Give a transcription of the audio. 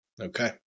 okay